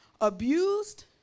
abused